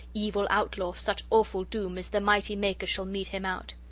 evil outlaw, such awful doom as the mighty maker shall mete him out.